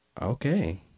Okay